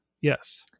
Yes